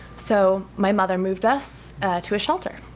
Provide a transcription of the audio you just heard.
so my mother moved us to a shelter.